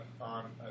on